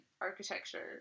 architecture